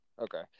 Okay